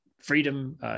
freedom